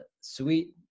sweet